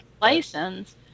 license